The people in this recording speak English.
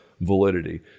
validity